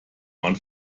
man